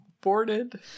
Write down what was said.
boarded